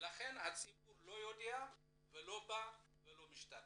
ולכן הציבור לא יודע לא בא ולא משתתף.